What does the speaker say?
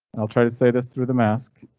i'll try to say this through the mask.